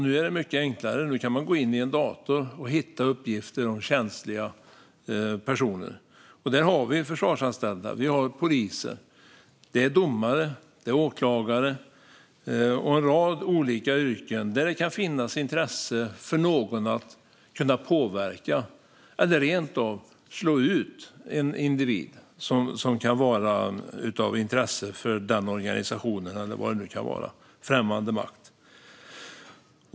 Nu är det mycket enklare; nu kan man gå in i en dator och hitta uppgifter om personer i känsliga positioner. Där har vi försvarsanställda, poliser, domare, åklagare och en rad olika yrken som någon kan ha intresse av att kunna påverka. Det kan rent av handla om att kunna slå ut en individ som kan vara av intresse för en organisation, främmande makt eller vad det nu kan vara.